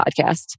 podcast